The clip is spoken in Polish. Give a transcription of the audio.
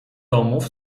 domów